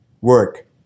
Work